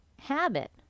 habit